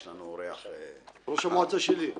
יש לנו אורח מכובד --- ראש המועצה שלי.